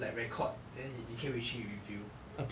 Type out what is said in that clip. like record then 你你可以回去 review